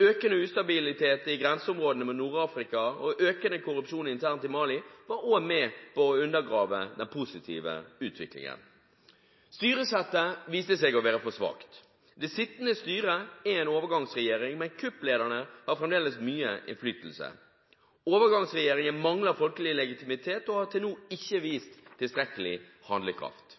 Økende ustabilitet i grenseområdene mot Nord-Afrika og økende korrupsjon internt i Mali var også med på å undergrave den positive utviklingen. Styresettet viste seg å være for svakt. Det sittende styret er en overgangsregjering, men kupplederne har fremdeles mye innflytelse. Overgangsregjeringen mangler folkelig legitimitet og har til nå ikke vist tilstrekkelig handlekraft.